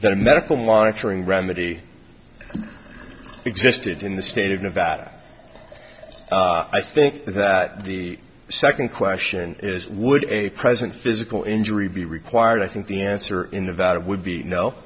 that a medical monitoring remedy existed in the state of nevada i think that the second question is would a present physical injury be required i think the answer in the valid would be no